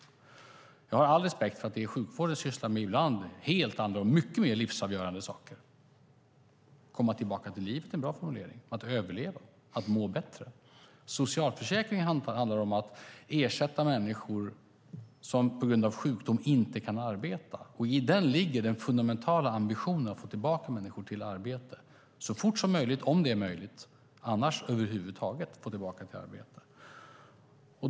Jag har all respekt för att det är sjukvården sysslar med ibland är helt andra och mycket mer livsavgörande saker. Att komma tillbaka till livet är en bra formulering. Det handlar om att överleva och må bättre. Socialförsäkringen handlar om att ersätta människor som på grund av sjukdom inte kan arbeta. I det ligger den fundamentala ambitionen att få tillbaka människor i arbete så fort som möjligt, om det är möjligt, och annars över huvud taget komma tillbaka i arbete.